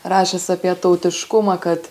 rašęs apie tautiškumą kad